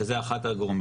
שזה אחד הגורמים.